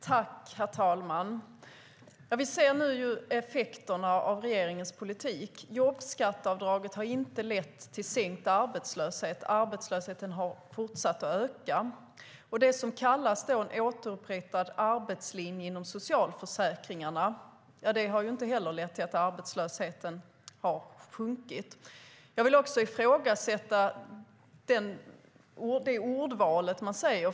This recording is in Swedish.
Herr talman! Vi ser nu effekterna av regeringens politik. Jobbskatteavdraget har inte lett till sänkt arbetslöshet. Arbetslösheten har fortsatt att öka. Det som kallas för återupprättad arbetslinje inom socialförsäkringarna har inte heller lett till att arbetslösheten har sjunkit. Jag vill också ifrågasätta det ordval man väljer.